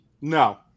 No